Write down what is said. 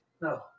No